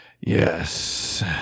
Yes